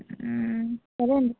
సరే అండి